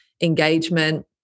engagement